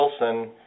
Wilson